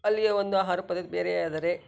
ಅಲ್ಲಿಯ ಒಂದು ಆಹಾರ ಪದ್ಧತಿ ಬೇರೆಯೇ ಆದರೆ